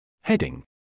Heading